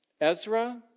Ezra